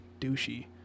douchey